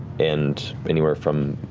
and anywhere from